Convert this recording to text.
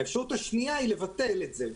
האפשרות השנייה זה לבטל את זה.